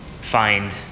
find